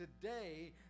today